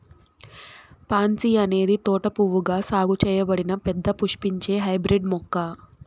pansy అనేది తోట పువ్వుగా సాగు చేయబడిన పెద్ద పుష్పించే హైబ్రిడ్ మొక్క